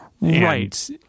Right